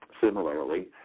Similarly